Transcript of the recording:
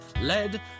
Led